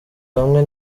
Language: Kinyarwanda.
bamwe